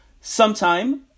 sometime